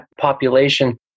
population